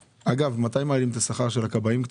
אגב, מתי מעלים את השכר של הכבאים?